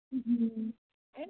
হুম হুম এই